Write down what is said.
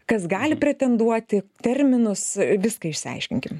kas gali pretenduoti terminus viską išsiaiškinkim